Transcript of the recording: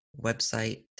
website